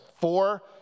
Four